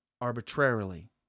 arbitrarily